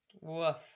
Woof